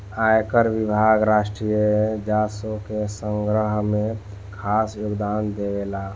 आयकर विभाग राष्ट्रीय राजस्व के संग्रह में खास योगदान देवेला